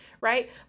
right